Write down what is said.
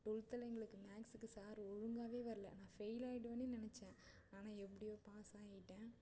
டுவெல்த்தில் எங்களுக்கு மேக்ஸுக்கு சார் ஒழுங்காகவே வரல நான் ஃபெயில் ஆகிடுவேன்னே நினச்சேன் ஆனால் எப்படியோ பாஸ் ஆகிட்டேன்